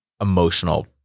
emotional